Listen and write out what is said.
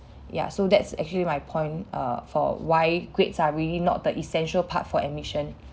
ya so that's actually my point err for why grades are really not the essential part for admission